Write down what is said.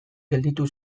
gelditu